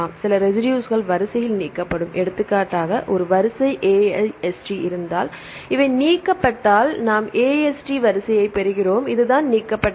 சில ரெசிடுஸ்கள் வரிசையில் நீக்கப்படும் எடுத்துக்காட்டாக ஒரு வரிசை AIST இருந்தால் இவை நீக்கப்பட்டால் நாம் AST வரிசையைப் பெறுகிறோம் இது நான் நீக்கப்பட்டது